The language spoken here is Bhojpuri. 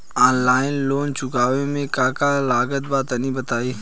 आनलाइन लोन चुकावे म का का लागत बा तनि बताई?